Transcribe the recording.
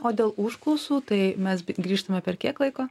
o dėl užklausų tai mes grįžtame per kiek laiko